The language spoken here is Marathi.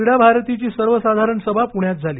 क्रीडाभारतीची सर्वसाधारण सभा पुण्यात झाली